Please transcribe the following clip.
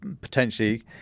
potentially